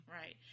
Right